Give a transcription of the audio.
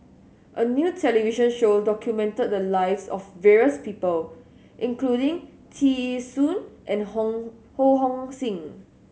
a new television show documented the lives of various people including Tear Ee Soon and Hong Ho Hong Sing